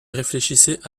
réfléchissait